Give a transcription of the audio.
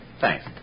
Thanks